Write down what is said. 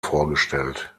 vorgestellt